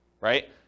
right